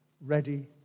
ready